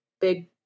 Big